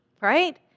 right